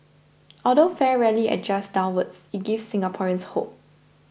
although fare rarely adjusts downwards it gives Singaporeans hope